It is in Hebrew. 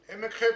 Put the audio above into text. עמק חפר.